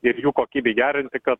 ir jų kokybei gerinti kad